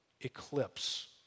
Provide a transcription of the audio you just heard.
eclipse